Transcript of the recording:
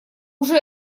уже